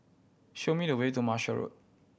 show me the way to Marshall Road